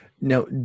Now